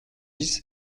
dix